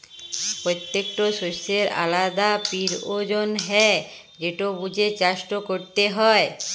পত্যেকট শস্যের আলদা পিরয়োজন হ্যয় যেট বুঝে চাষট ক্যরতে হয়